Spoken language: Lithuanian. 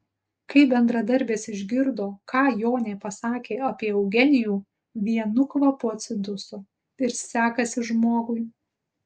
kai bendradarbės išgirdo ką jonė pasakė apie eugenijų vienu kvapu atsiduso ir sekasi žmogui